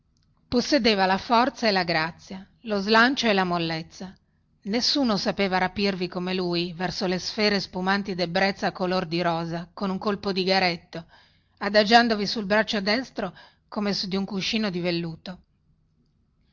possedeva la forza e la grazia lo slancio e la mollezza nessuno sapeva rapirvi come lui verso le sfere spumanti debbrezza color di rosa con un colpo di garetto adagiandovi sul braccio destro come su di un cuscino di velluto